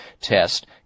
test